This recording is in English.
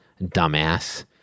dumbass